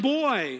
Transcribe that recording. boy